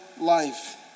life